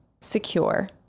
secure